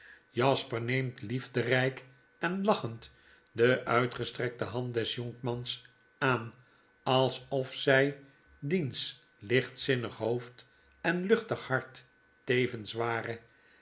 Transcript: jasper neemt liefderyk en lachend deuitgestrekte hand des jonkmans aan alsof zy diens lichtzinnig hoofd en luchtig hart tevens ware